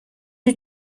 you